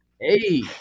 Hey